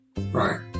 right